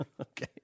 Okay